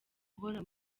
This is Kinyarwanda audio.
uhora